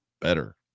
better